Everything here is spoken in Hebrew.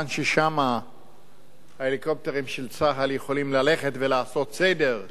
ששם ההליקופטרים של צה"ל יכולים לעשות סדר,